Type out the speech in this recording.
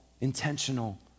intentional